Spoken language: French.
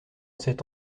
cet